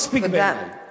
כי הוא לא מספיק, תודה.